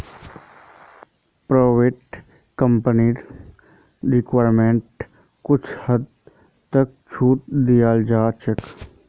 private कम्पनीक डिस्काउंटिंगत कुछ हद तक छूट दीयाल जा छेक